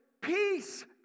peace